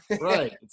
Right